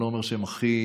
אני לא אומר שהם הכי,